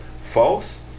false